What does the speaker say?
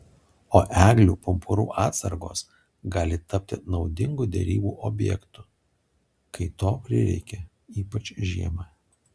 o eglių pumpurų atsargos gali tapti naudingu derybų objektu kai to prireikia ypač žiemą